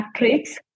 matrix